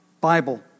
Bible